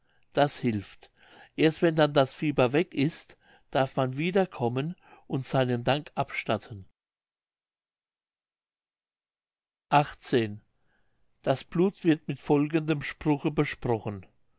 das hilft erst wenn dann das fieber weg ist darf man wieder kommen und seinen dank abstatten mündlich das blut wird mit folgendem spruche besprochen